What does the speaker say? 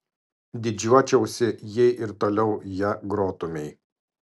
didžiuočiausi jei ir toliau ja grotumei